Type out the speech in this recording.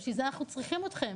בשביל זה אנחנו צריכים אתכם.